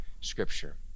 Scripture